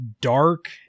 dark